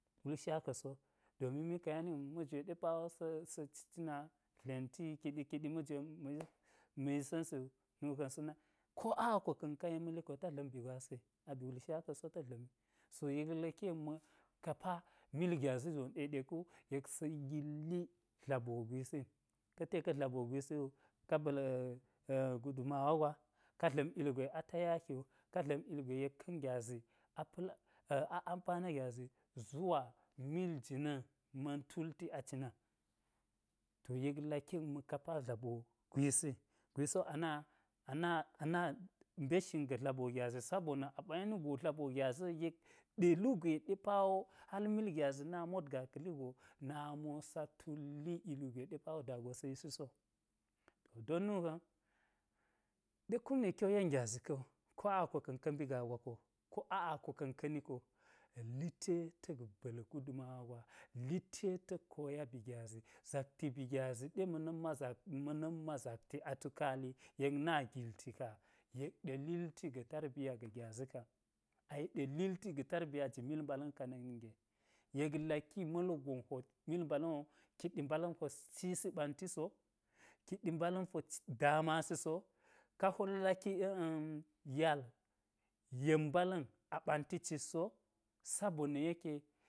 Wul nsha ka̱ so domin mik ka yeni wu ma̱jwe ɗe pa wo sa̱ ci cina dlenti kiɗi kiɗi ma̱jwe ma̱ yissa̱nsi wu, nuka̱n sa̱ na ko ako ka̱n ka yen ma̱li ko ta dla̱m bi gwasi aba̱ wul nsha ka̱ so ta̱s dla̱mi. So yek laki yek ma̱ kapa mil gyazi jon ɗeɗeku yek sa̱ yilli dlaboo gwisi ka̱ te ka̱ dlaboo gwisi wugo ka ba̱l gudumawa gwa. Ka̱ dla̱m ilgwe a tayaki wu, ka dla̱m ilgwe yeka̱n gyazi a pa̱l a ampana gyazi zuwa mil jina̱n ma̱n tulli a cina. To yek laki yek ma̱ kapa dlaboo gwisi, gwisi ana, ana ana ana mbet shin ga̱ dlaboo gyazi sabona̱ a ɓa yeni go dlaboo gyazi yek ɗe lu gwe ɗe paa wo hal mil gyazi na motgaa ka̱li go nami sa tulli ilgwe ɗe paa wo da go niɗa̱ sowu. Don nuka̱n ɗe kun ɗe ki wo yen gyazi ka̱ wu, ko a ako ka̱n mbi gaa gwa ko, ko ako ka̱n ka̱ni ko. Lite ta̱k ba̱l gudumawa gwa, lite ta̱k koya bi gyazi zakti bi gyazi ɗe ma̱ na̱nma zak m na̱nma zakti a tukaali yek na gilti ka yek ɗe lilti ga̱ tarbiya ga̱ gyazi ka. A yek ɗe lilti ga̱ tarbiya ji mil mbala̱n ka na̱k ninge. Yek laki ma̱lgon hwot, mil mbala̱n kiɗi mbala̱n hwo cisi ɓanti so, kiɗi mbala̱n hwo cit damasi so. Ka hwo laki yal yen mbala̱n a ɓanti cit so sabona̱ yeke